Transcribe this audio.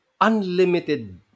unlimited